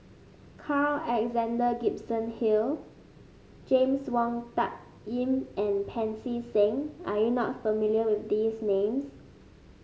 Carl Alexander Gibson Hill James Wong Tuck Yim and Pancy Seng are you not familiar with these names